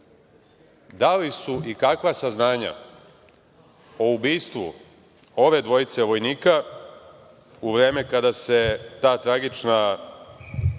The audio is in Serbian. da li su i kakva saznanja o ubistvu ove dvojice vojnika, u vreme kada se ta tragična